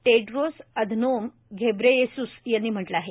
Tedros Adhanom Ghebreyesus यांनी म्हटलं आहे